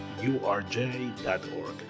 urj.org